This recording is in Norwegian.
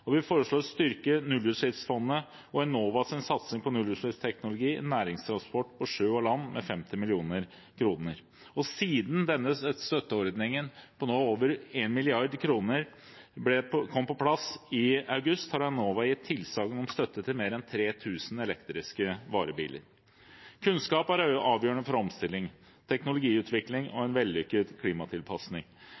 og vi foreslår å styrke nullutslippsfondet og Enovas satsing på nullutslippsteknologi i næringstransporten på sjø og land med 50 mill. kr. Siden denne støtteordningen på over 1 mrd. kr kom på plass i august, har Enova gitt tilsagn om støtte til mer enn 3 000 elektriske varebiler. Kunnskap er avgjørende for omstilling, teknologiutvikling og